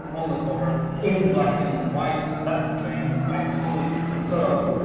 on the cover, in black and white. that became iconic. it sort of.